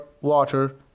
water